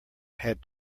had